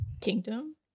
Kingdom